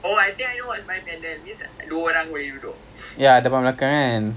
we can go the ce la vi hawker centre eat the aspirasi